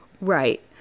Right